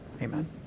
Amen